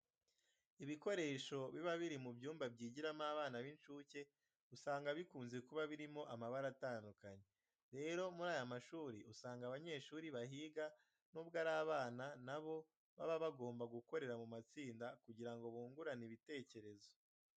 Ibikoresho biba biri mu byumba byigiramo abana b'incuke usanga bikunze kuba birimo amabara atandukanye. Rero, muri aya mashuri usanga abanyeshuri bahiga nubwo ari abana na bo baba bagomba gukorera mu matsinda kugira ngo bungurane ibitekerezo.